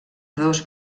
dos